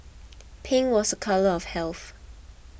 pink was a colour of health